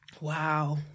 Wow